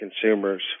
consumers